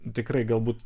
tikrai galbūt